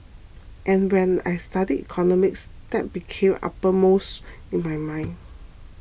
and when I studied economics that became uppermost in my mind